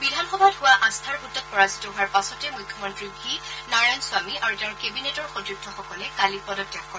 বিধানসভাত হোৱা আস্থাৰ ভোটত পৰাজিত হোৱাৰ পাছতে মুখ্যমন্ত্ৰী ভি নাৰায়ণস্বামী আৰু তেওঁৰ কেবিনেটৰ সতীৰ্থসকলে কালি পদত্যাগ কৰে